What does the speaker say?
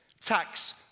tax